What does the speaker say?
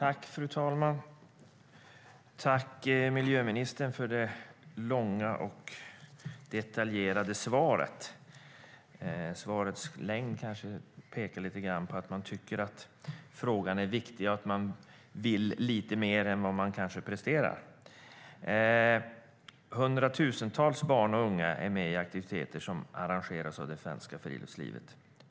Fru talman! Tack, miljöministern, för det långa och detaljerade svaret! Svarets längd kanske pekar på att man tycker att frågan är viktig och att man vill lite mer än vad man presterar. Hundratusentals barn och unga är med i aktiviteter som arrangeras av Svenskt Friluftsliv.